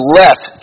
left